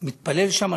הוא התפלל שם,